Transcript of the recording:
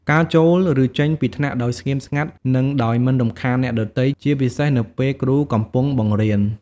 ការចូល ឬចេញពីថ្នាក់ដោយស្ងៀមស្ងាត់ និងដោយមិនរំខានអ្នកដទៃ ជាពិសេសនៅពេលគ្រូកំពុងបង្រៀន។